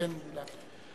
לכן דילגתי.